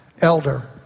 elder